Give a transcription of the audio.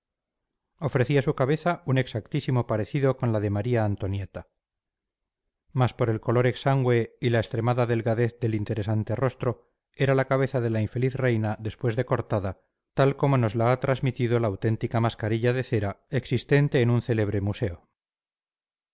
ofrecía su cabeza un exactísimo parecido con la de maría antonieta mas por el color exangüe y la extremada delgadez del interesante rostro era la cabeza de la infeliz reina después de cortada tal como nos la ha transmitido la auténtica mascarilla de cera existente en un célebre museo